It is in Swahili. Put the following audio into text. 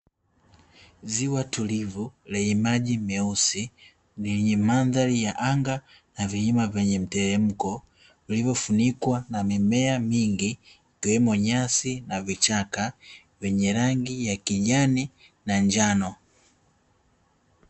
Ziwa tulivu lenye maji meusi lenye mandhari ya anga, na vilima vyenye mteremko, vilivyofunikwa na mimea mingi ikiwemo nyasi na vichaka, vyenye rangi ya kijani na njano.